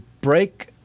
break